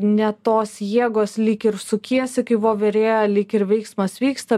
ne tos jėgos lyg ir sukiesi kai voverė lyg ir veiksmas vyksta